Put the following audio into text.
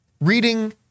reading